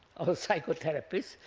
or the psychotherapists,